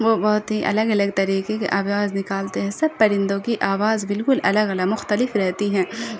وہ بہت ہی الگ الگ طریقے کے آواز نکالتے ہیں سب پرندوں کی آواز بالکل الگ الگ مختلف رہتی ہیں